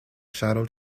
shadow